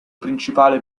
principale